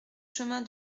chemin